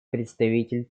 представитель